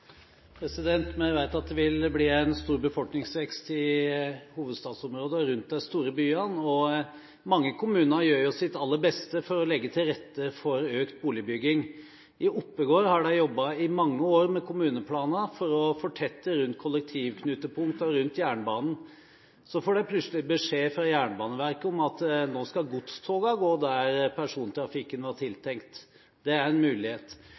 Vi vet at det vil bli en stor befolkningsvekst i hovedstadsområdet og rundt de store byene, og mange kommuner gjør sitt aller beste for å legge til rette for økt boligbygging. I Oppegård har de i mange år jobbet med kommuneplaner for å fortette rundt kollektivknutepunktene rundt jernbanen. Så får de plutselig beskjed fra Jernbaneverket om at nå skal godstogene gå der persontrafikken var tiltenkt. Det er en mulighet.